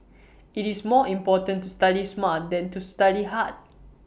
IT is more important to study smart than to study hard